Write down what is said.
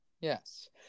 Yes